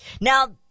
Now